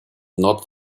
not